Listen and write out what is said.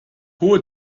hohe